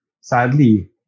sadly